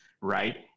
right